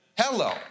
Hello